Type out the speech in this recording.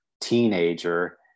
teenager